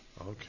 Okay